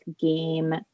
game